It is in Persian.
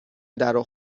درو